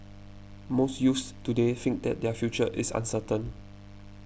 most youths today think that their future is uncertain